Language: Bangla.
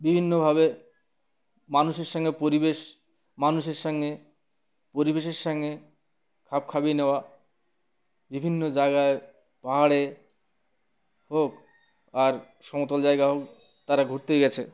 বিভিন্নভাবে মানুষের সঙ্গে পরিবেশ মানুষের সঙ্গে পরিবেশের সঙ্গে খাপ খাপিয়ে নেওয়া বিভিন্ন জায়গায় পাহাড়ে হোক আর সমতল জায়গা হোক তারা ঘুরতে গেছে